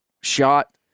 shot